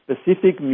specific